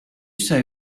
say